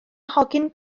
hogyn